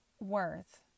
worth